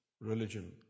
religion